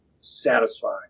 satisfying